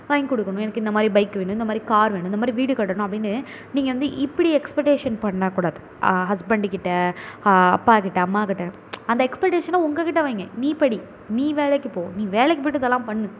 வாங்கிக் கொடுக்கணும் எனக்கு இந்தமாதிரி பைக் வேணும் இந்தமாதிரி கார் வேணும் இந்தமாதிரி வீடு கட்டணும் அப்படின்னு நீங்கள் வந்து இப்படி எக்ஸ்பெக்டேஷன் பண்ணக் கூடாது ஹஸ்பண்டுக்கிட்டே அப்பாக்கிட்டே அம்மாக்கிட்டே அந்த எக்ஸ்பெக்டேஷனை உங்ககிட்டே வையுங்க நீ படி நீ வேலைக்குப் போ நீ வேலைக்குப் போய்ட்டு இதெல்லாம் பண்ணு